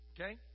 Okay